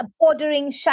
Bordering